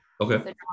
Okay